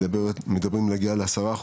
מדברים על להגיע לכ-10%,